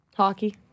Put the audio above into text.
Hockey